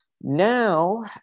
Now